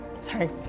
sorry